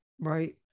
Right